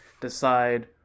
decide